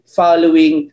following